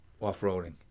off-roading